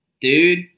dude